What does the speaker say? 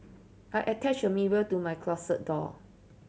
I attached a mirror to my closet door